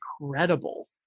incredible